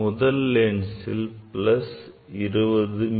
முதல் லென்ஸில் plus 20மி